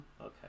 Okay